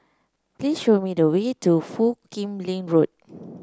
please show me the way to Foo Kim Lin Road